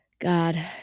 God